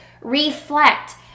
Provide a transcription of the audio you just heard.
reflect